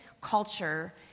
culture